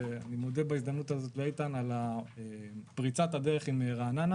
ואני מודה בזאת לאיתן על פריצת הדרך עם רעננה